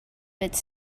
its